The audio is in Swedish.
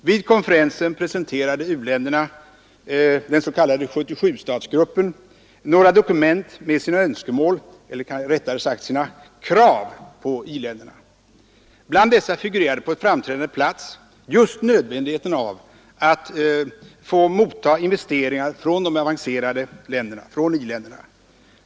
Vid konferensen presenterade u-länderna, den s.k. 77-statsgruppen, några dokument med sina önskemål eller rättare sagt krav på i-länderna. Bland dessa krav figurerade på framträdande plats just nödvändigheten av att få mottaga investeringar från de avancerade länderna, från i-länderna.